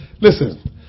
Listen